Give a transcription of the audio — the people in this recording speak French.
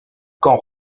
quand